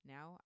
Now